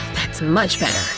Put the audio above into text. that's much better.